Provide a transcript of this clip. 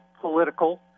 political